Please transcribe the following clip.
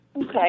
Okay